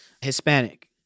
Hispanic